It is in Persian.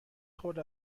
خورده